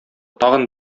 тагын